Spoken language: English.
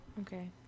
Okay